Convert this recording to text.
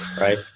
right